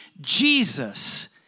Jesus